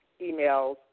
emails